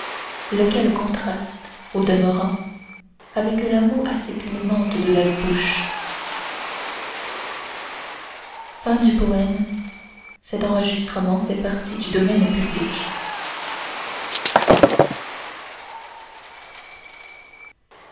lequel contraste au demeurant avec la moue assez clémente de la bouche